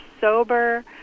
sober